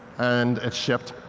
and it shipped.